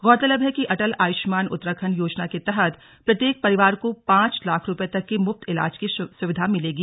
गौरतलब है कि अटल आयुष्मान उत्तराखण्ड योजना के तहत प्रत्येक परिवार को पांच लाख रुपये तक के मुफ्त इलाज की सुविधा मिलेगी